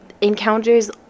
encounters